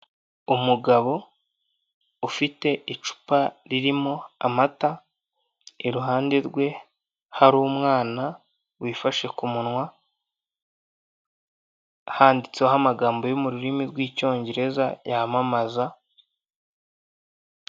Aha ni ho bacururiza amata y' i Nyanza, amata ni meza ku mubiri w'umuntu aradufasha cyane kubaya